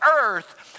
earth